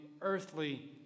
earthly